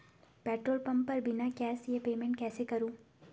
Petrol pump पर बिना cash दिए पेमेंट कैसे करूँ?